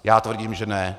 Já tvrdím, že ne.